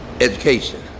education